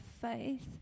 faith